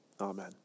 Amen